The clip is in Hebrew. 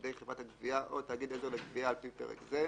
תפקידי חברת הגבייה או תאגיד עזר לגבייה על פי פרק זה.